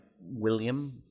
William